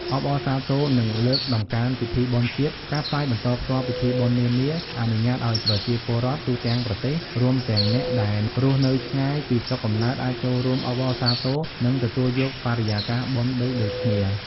អបអរសាទរ និងលើកតម្កើងពិធីបុណ្យជាតិ ការផ្សាយបន្តផ្ទាល់ពិធីបុណ្យនានា អនុញ្ញាតឱ្យប្រជាពលរដ្ឋទូទាំងប្រទេស រួមទាំងអ្នកដែលរស់នៅឆ្ងាយពីស្រុកកំណើត អាចចូលរួមអបអរសាទរ និងទទួលយកបរិយាកាសបុណ្យដូចៗគ្នា។